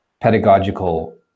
pedagogical